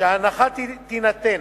שההנחה תינתן